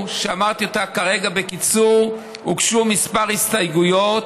שאמרתי אותה כרגע בקיצור, הוגשו כמה הסתייגויות